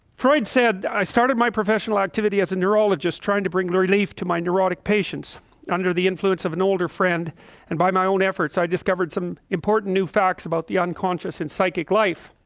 freud said i started my professional activity as a neurologist trying to bring relief to my neurotic patients under the influence of an older friend and by my own efforts, i discovered some important new facts about the unconscious and psychic life